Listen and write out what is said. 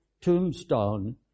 tombstone